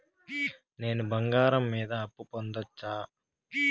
నేను బంగారం మీద అప్పు పొందొచ్చా?